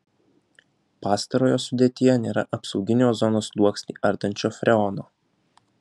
pastarojo sudėtyje nėra apsauginį ozono sluoksnį ardančio freono